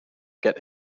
get